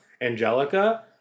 Angelica